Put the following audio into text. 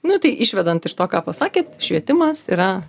nu tai išvedant iš to ką pasakėt švietimas yra